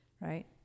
right